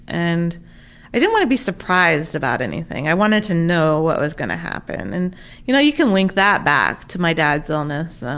and i didn't want to be surprised about anything, i wanted to know what was going to happen. and you know you can link that back to my dad's illness.